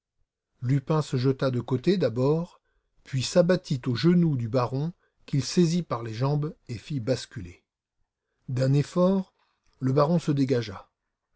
lupin se jeta de côté d'abord puis s'abattit aux genoux du baron qu'il saisit par les jambes et fit basculer d'un effort le baron se dégagea